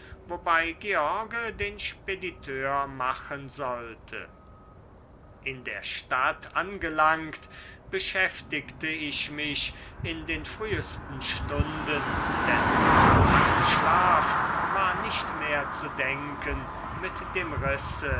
wobei george den spediteur machen sollte in der stadt angelangt beschäftigte ich mich in den frühesten stunden denn an langen schlaf war nicht mehr zu denken mit dem risse